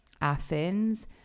athens